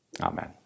Amen